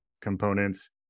components